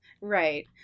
right